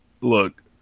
Look